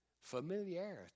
familiarity